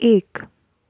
एक